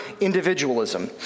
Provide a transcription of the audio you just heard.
individualism